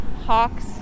Hawk's